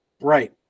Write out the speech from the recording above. Right